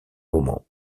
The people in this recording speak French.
moment